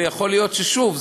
ויכול להיות ששוב,